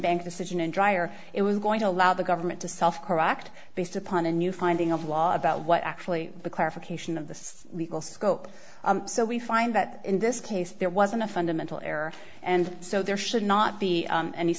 bank decision and dreier it was going to allow the government to self correct based upon a new finding of law about what actually the clarification of the legal scope so we find that in this case there wasn't a fundamental error and so there should not be